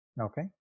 Okay